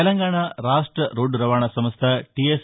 తెలంగాణ రాష్ట రోద్దు రవాణా సంస్థ టీ ఎస్